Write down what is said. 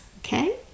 okay